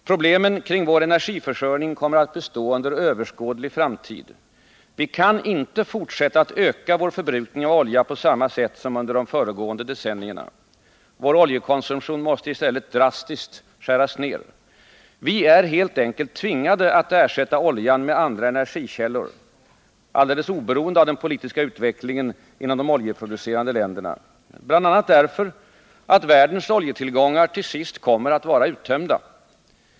Problemen kring vår energiförsörjning kommer att bestå under överskådlig framtid. Vi kan inte fortsätta att öka vår förbrukning av olja på samma sätt som under de föregående decennierna. Vår oljekonsumtion måste i stället drastiskt skäras ned. Vi är helt enkelt tvingade att ersätta oljan med andra energikällor — alldeles oberoende av den politiska utvecklingen inom de oljeproducerande länderna. BI. a. därför att världens oljetillgångar till sist kommer att vara uttömda.